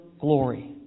glory